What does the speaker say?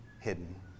hidden